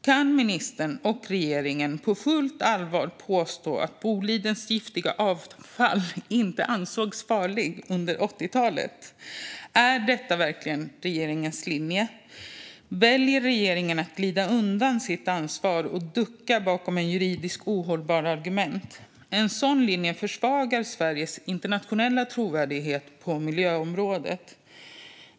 Kan ministern och regeringen på fullt allvar påstå att Bolidens giftiga avfall inte ansågs farligt under 80-talet? Är detta verkligen regeringens linje? Väljer regeringen att glida undan sitt ansvar och ducka bakom ett juridiskt ohållbart argument? En sådan linje försvagar Sveriges internationella trovärdighet på miljöområdet.